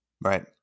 Right